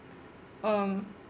um